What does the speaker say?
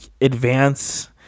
advance